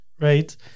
Right